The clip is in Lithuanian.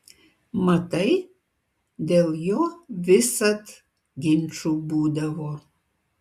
matai dėl jo visad ginčų būdavo